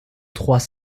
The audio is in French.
trois